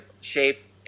shaped